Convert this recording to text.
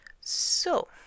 So